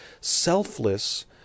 selfless